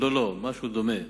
לא, לא, משהו דומה,